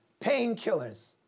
painkillers